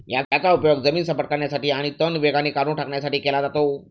याचा उपयोग जमीन सपाट करण्यासाठी आणि तण वेगाने काढून टाकण्यासाठी केला जातो